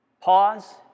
pause